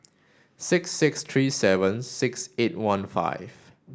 six six three seven six eight one five